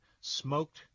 smoked